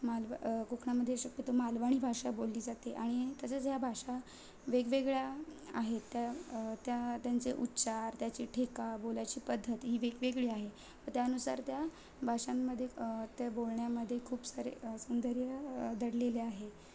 मालव कोकणामध्ये शक्यतो मालवणी भाषा बोलली जाते आणि तसंच ह्या भाषा वेगवेगळ्या आहेत त्या त्या त्यांचे उच्चार त्याची ठेका बोलायची पद्धत ही वेगवेगळी आहे त्यानुसार त्या भाषांमध्ये त्या बोलण्यामध्ये खूप सारे सौंदर्य दडलेले आहे